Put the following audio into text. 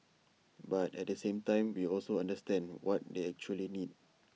but at the same time we also understand what they actually need